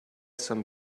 some